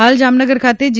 હાલ જામનગર ખાતે જી